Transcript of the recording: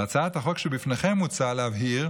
בהצעת החוק שלפניכם מוצע להבהיר,